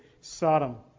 Sodom